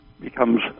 becomes